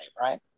right